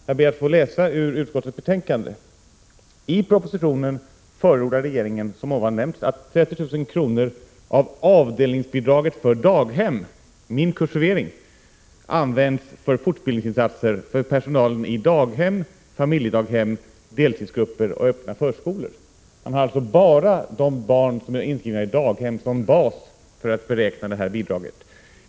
Jag ber att få läsa upp vad som står i utskottets betänkande: ”I propositionen förordar regeringen som ovan nämnts att 30 000 kr. av avdelningsbidraget för daghem används för fortbildningsinsatser för personalen i daghem, familjedaghem, deltidsgrupper och öppna förskolor.” Man har alltså bara de barn som är inskrivna i daghem som bas för att beräkna detta bidrag.